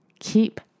Keep